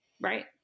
Right